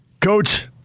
Coach